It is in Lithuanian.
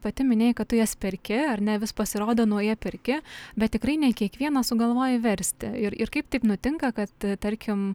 pati minėjai kad tu jas perki ar ne vis pasirodo nauja perki bet tikrai ne kiekvieną sugalvoji versti ir ir kaip taip nutinka kad tarkim